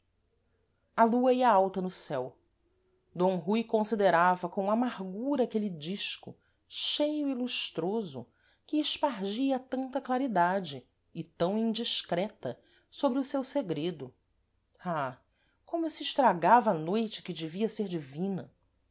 a lua ia alta no céu d rui considerava com amargura aquele disco cheio e lustroso que espargia tanta claridade e tam indiscreta sôbre o seu segredo ah como se estragava a noite que devia ser divina